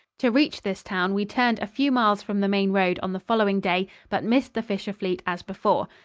to reach this town we turned a few miles from the main road on the following day, but missed the fisher-fleet as before.